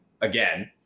again